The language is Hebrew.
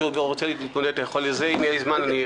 אם יהיה לי זמן,